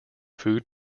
food